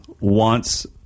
Wants